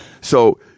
So-